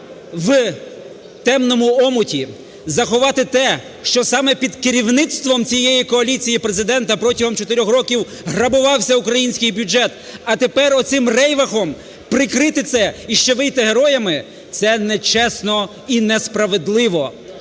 в темному омуті заховати те, що саме під керівництвом цієї коаліції Президента протягом 4 років грабувався український бюджет, а тепер оцим рейвахом прикрити це і ще вийти героями. Це нечесно і несправедливо.